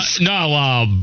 No